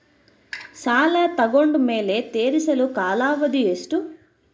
ಸಾಲ ತಗೊಂಡು ಮೇಲೆ ತೇರಿಸಲು ಕಾಲಾವಧಿ ಎಷ್ಟು?